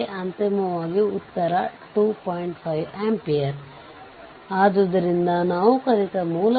ಅಂದರೆ 8 VThevenin22VThevenin6 ಆದ್ದರಿಂದ 23VThevenin10 VThevenin 15 volt